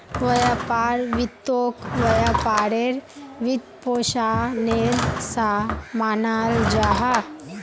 व्यापार वित्तोक व्यापारेर वित्त्पोशानेर सा मानाल जाहा